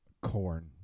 Corn